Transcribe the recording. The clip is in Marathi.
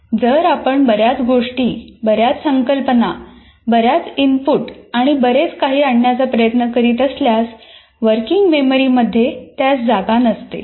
जर आपण बर्याच गोष्टी बर्याच संकल्पना बर्याच इनपुट आणि बरेच काही आणण्याचा प्रयत्न करीत असल्यास वर्किंग मेमरी मध्ये त्यास जागा नसते